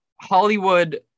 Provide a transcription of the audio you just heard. Hollywood